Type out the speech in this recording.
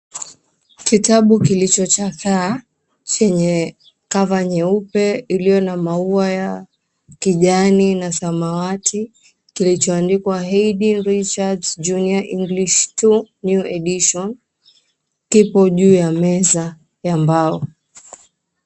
Kitabu kilichochakaa chenye cover nyeupe iliyo na maua ya kijani na samawati kilichoandikwa, Haydn Richards Junior English 2 New Edition, kipo juu ya meza ya mbao.